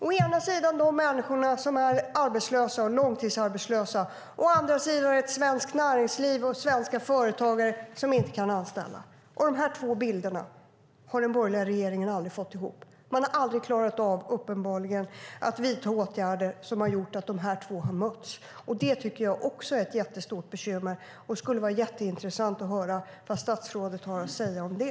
Å ena sidan har vi de människor som är långtidsarbetslösa, å andra sidan har vi ett näringsliv och företagare som inte kan anställa. Dessa två delar har den borgerliga regeringen aldrig fått ihop. Man har inte klarat av att vidta åtgärder som har gjort att dessa två delar har mötts, och det är ett stort bekymmer. Det skulle vara intressant att höra vad statsrådet har att säga om det.